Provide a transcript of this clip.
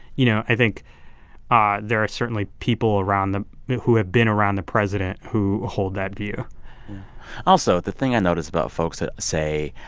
you know, i think ah there are certainly people around the who have been around the president who hold that view also, the thing i notice about folks that say,